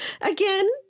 Again